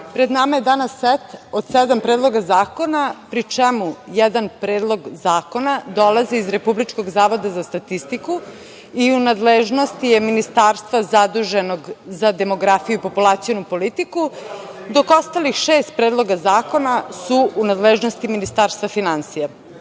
pred nama je danas set od sedam predloga zakona, pri čemu jedan predlog zakona dolazi iz Republičkog zavoda za statistiku i u nadležnosti je Ministarstva zaduženog za demografiju i populacionu politiku, dok ostalih šest predloga zakona su u nadležnosti Ministarstva finansija. Dakle,